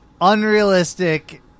unrealistic